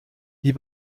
die